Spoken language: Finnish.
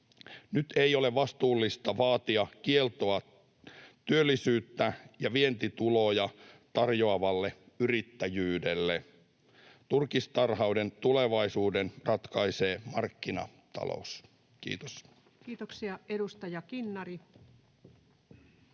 Nyt ei ole vastuullista vaatia kieltoa työllisyyttä ja vientituloja tarjoavalle yrittäjyydelle. Turkistarhauksen tulevaisuuden ratkaisee markkinatalous. — Kiitos. [Speech 151]